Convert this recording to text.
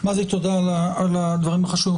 מזי, תודה על הדברים החשובים.